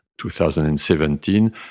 2017